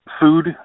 food